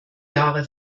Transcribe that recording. jahre